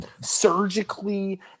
surgically